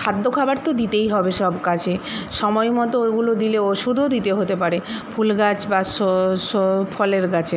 খাদ্য খাবারতো দিতেই হবে সব গাছে সময় মতো ঐগুলো দিলে ওষুধও দিতে হতে পারে ফুল গাছ বা ফলের গাছে